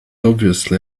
obviously